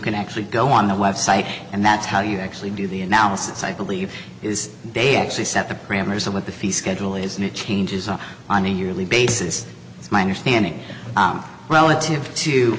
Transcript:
can actually go on the web site and that's how you actually do the analysis i believe is they actually set the parameters of what the fee schedule is new changes up on a yearly basis it's my understanding relative to